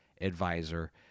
advisor